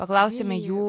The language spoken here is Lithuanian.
paklausėme jų